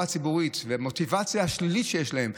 הציבורית והמוטיבציה השלילית שיש להם,